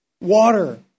water